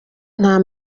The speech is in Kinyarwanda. nta